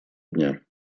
дня